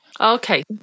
Okay